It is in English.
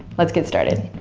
let's get started.